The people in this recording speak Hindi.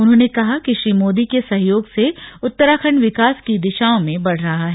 उन्होंने कहा कि श्री मोदी के सहयोग से उत्तराखंड विकास की दिशा में बढ़ रहा है